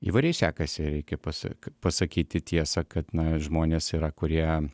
įvairiai sekasi reikia pasak pasakyti tiesą kad žmonės yra kurie